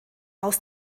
aus